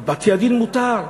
אבל בתי-הדין, מותר.